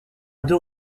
deux